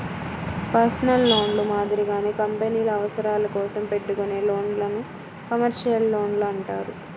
personal లోన్లు మాదిరిగానే కంపెనీల అవసరాల కోసం పెట్టుకునే లోన్లను కమర్షియల్ లోన్లు అంటారు